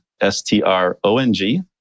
S-T-R-O-N-G